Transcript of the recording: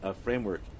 framework